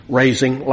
raising